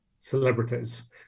Celebrities